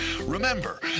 Remember